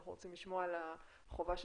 אנחנו רוצים לשמוע על החובה של